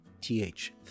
TH